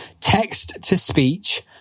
text-to-speech